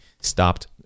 stopped